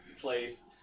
place